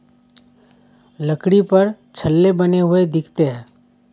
लकड़ी पर छल्ले बने हुए दिखते हैं